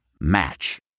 Match